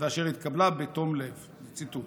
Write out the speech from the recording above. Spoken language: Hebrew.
ואשר התקבלה בתום לב" ציטוט.